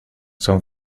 son